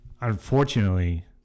unfortunately